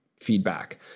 feedback